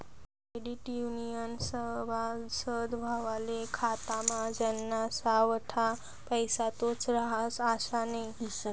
credit युनियननं सभासद व्हवाले खातामा ज्याना सावठा पैसा तोच रहास आशे नै